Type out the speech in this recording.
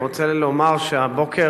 אני רוצה לומר שהבוקר